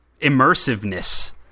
immersiveness